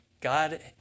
God